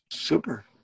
Super